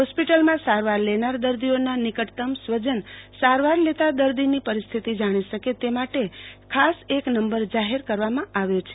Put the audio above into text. હોસ્પિટલમાં સારવાર લેનાર દર્દીઓના નિકટતમ સ્વજન સારવાર લેતા દર્દીની પરિસ્થિતિ જાણી શકે તે માટે ખાસ એક નંબર જાહેર કરવામાં આવ્યો છે